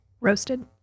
roasted